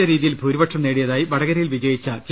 പ്രതീക്ഷിച്ച രീതിയിൽ ഭൂരിപക്ഷം നേടിയതായി വടകരയിൽ വിജയിച്ച കെ